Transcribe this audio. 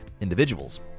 individuals